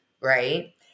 right